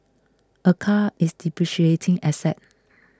a car is depreciating asset